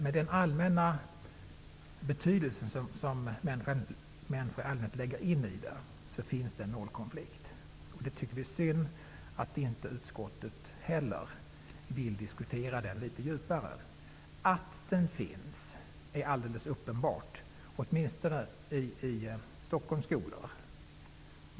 Med den allmänna betydelse som människor i allmänhet lägger in i uttrycket finns det en målkonflikt. Vi tycker det är synd att inte utskottet heller vill föra en djupare diskussion om det. Att målkonflikten finns, åtminstone i Stockholms skolor, är alldeles uppenbart.